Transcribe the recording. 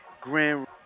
Grand